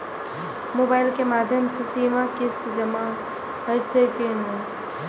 Mobile के माध्यम से सीमा किस्त जमा होई छै कि नहिं?